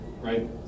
right